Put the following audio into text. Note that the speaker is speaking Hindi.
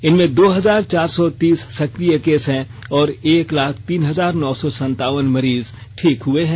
इनमें दो हजार चार सौ तीस संक्रिय केस हैं और एक लाख तीन हजार नौ सौ सनतावन मरीज ठीक हुए हैं